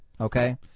Okay